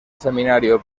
seminario